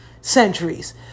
centuries